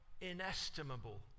inestimable